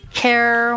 care